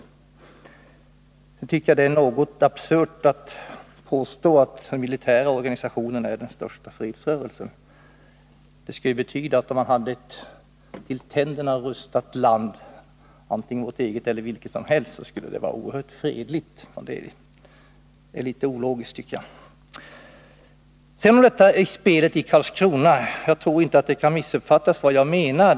Men jag tycker att det är något absurt att påstå att den militära organisationen är den största fredsrörelsen. Det skulle ju betyda att om ett land vore rustat till tänderna — vare sig det gäller vårt eget eller vilket som helst — så skulle det vara oerhört fredligt. Det tycker jag är litet ologiskt. Sedan till detta med spelet i Karlskrona. Jag tror inte att man kan missuppfatta vad jag menar.